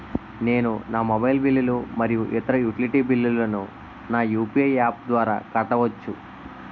నేను నా మొబైల్ బిల్లులు మరియు ఇతర యుటిలిటీ బిల్లులను నా యు.పి.ఐ యాప్ ద్వారా కట్టవచ్చు